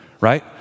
right